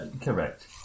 correct